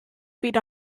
feed